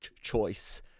choice